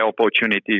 opportunity